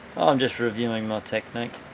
oh, i'm just reviewing my technique,